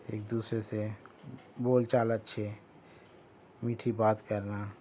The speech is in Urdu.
ایک دوسرے سے بول چال اچھے میٹھی بات کرنا